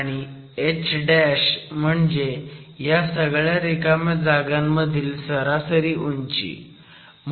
आणि H म्हणजे ह्या सगळ्या रिकाम्या जागांमधील सरासरी उंची